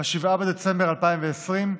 ב-7 בדצמבר 2020,